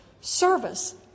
service